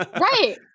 right